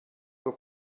zur